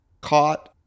caught